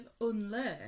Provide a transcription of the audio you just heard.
unlearn